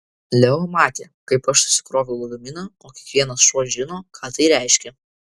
leo matė kaip aš susikroviau lagaminą o kiekvienas šuo žino ką tai reiškia